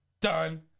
Done